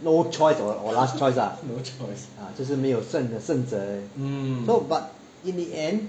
no choice or or last choice lah 就是没有剩的剩者 but in the end